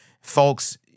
Folks